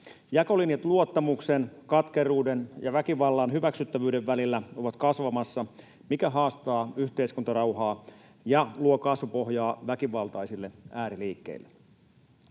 Jakolinjat luottamuksen, katkeruuden ja väkivallan hyväksyttävyyden välillä ovat kasvamassa, mikä haastaa yhteiskuntarauhaa ja luo kasvupohjaa väkivaltaisille ääriliikkeille.